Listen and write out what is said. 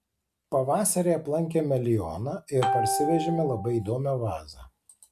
pavasarį aplankėme lioną ir parsivežėme labai įdomią vazą